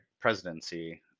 presidency